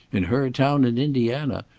in her town in indiana,